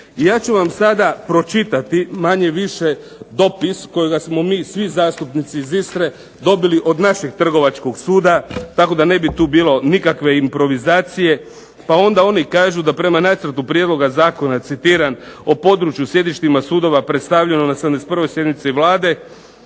ja ću vam sada pročitati manje-više dopis kojega smo mi svi zastupnici iz Istre dobili od našeg trgovačkog suda tako da ne bi tu bilo nikakve improvizacije. Pa onda oni kažu da prema nacrtu prijedloga zakona, citiram: o području, sjedištima sudova, predstavljeno na 71. sjednici Vlade